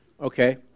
Okay